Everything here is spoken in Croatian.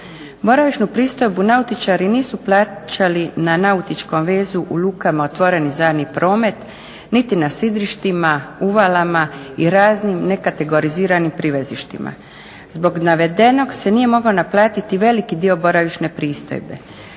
Boravišnu pristojbu nautičari nisu plaćali na nautičkom vezu u lukama otvoreni za javni promet niti na sidrištima, uvalama i raznim nekategoriziranim privezištima. Zbog navedenog se nije mogao naplatiti veliki dio boravišne pristojbe.